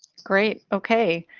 great ok